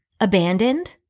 abandoned